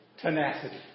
tenacity